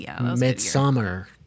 midsummer